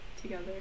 together